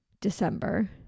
December